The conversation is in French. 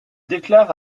déclare